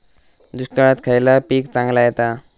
दुष्काळात खयला पीक चांगला येता?